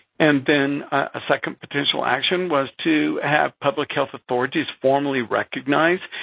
and then, a second potential action was to have public health authorities formally recognized.